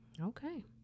okay